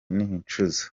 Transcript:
nicuza